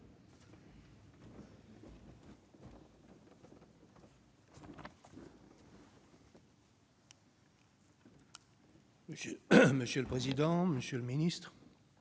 Monsieur le président, monsieur le ministre,